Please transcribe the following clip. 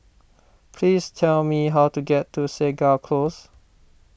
please tell me how to get to Segar Close